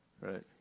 Right